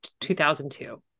2002